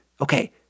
Okay